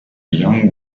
young